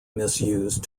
misused